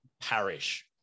parish